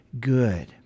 good